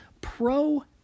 Pro